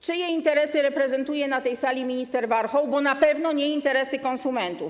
Czyje interesy reprezentuje na tej sali minister Warchoł, bo na pewno nie interesy konsumentów.